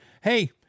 hey